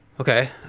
Okay